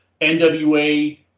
NWA